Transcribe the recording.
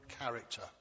character